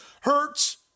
hurts